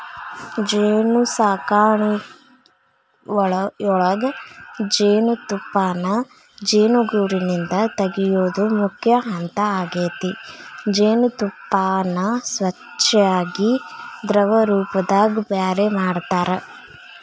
ಜೇನುಸಾಕಣಿಯೊಳಗ ಜೇನುತುಪ್ಪಾನ ಜೇನುಗೂಡಿಂದ ತಗಿಯೋದು ಮುಖ್ಯ ಹಂತ ಆಗೇತಿ ಜೇನತುಪ್ಪಾನ ಸ್ವಚ್ಯಾಗಿ ದ್ರವರೂಪದಾಗ ಬ್ಯಾರೆ ಮಾಡ್ತಾರ